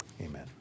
Amen